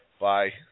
Bye